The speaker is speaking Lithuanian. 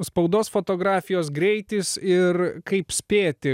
spaudos fotografijos greitis ir kaip spėti